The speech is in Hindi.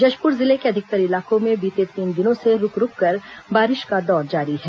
जशपुर जिले के अधिकतर इलाकों में बीते तीन दिनों से रूक रूककर बारिश का दौर जारी है